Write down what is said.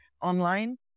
online